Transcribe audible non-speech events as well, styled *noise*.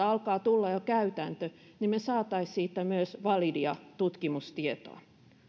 *unintelligible* alkaa tulla jo käytäntö me saisimme siitä myös validia tutkimustietoa